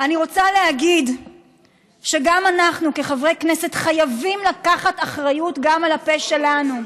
אני רוצה להגיד שאנחנו כחברי כנסת חייבים לקחת אחריות גם על הפה שלנו,